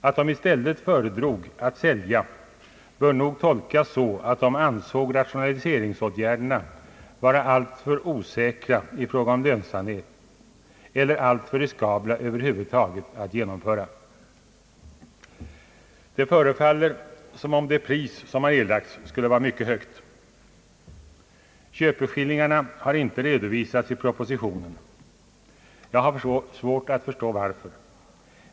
Att de i stället föredrog att sälja bör nog tolkas så att de ansåg rationaliseringsåtgärderna vara alltför osäkra i fråga om lönsamhet eller alltför riskabla att genomföra över huvud taget. Det förefaller som om det pris som erlagts skulle vara mycket högt. Köpeskillingarna har inte redovisats i propositionen. Jag har svårt att förstå varför.